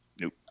nope